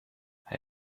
hij